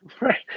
Right